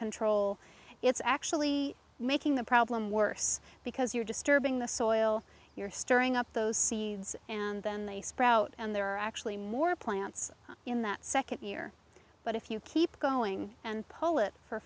control it's actually making the problem worse because you're disturbing the soil you're stirring up those and then they sprout and there are actually more plants in that second year but if you keep going and pole it for